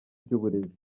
ry’uburezi